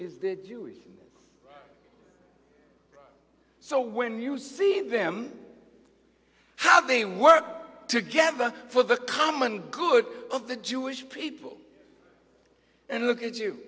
you so when you see them how they work together for the common good of the jewish people and look at you